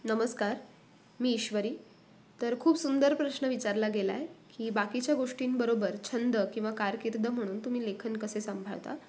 नमस्कार मी ईश्वरी तर खूप सुंदर प्रश्न विचारला गेला आहे की बाकीच्या गोष्टींबरोबर छंद किंवा कारकीर्द म्हणून तुम्ही लेखन कसे संभाळता